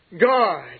God